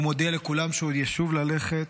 הוא מודיע לכולם שהוא עוד ישוב ללכת,